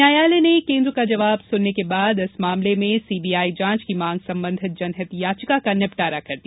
न्यायालय ने केन्द्र का जवाब सुनने के बाद इस मामले में सी बी आई जांच की मांग संबंधी जनहित याचिका का निपटारा कर दिया